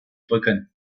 rücken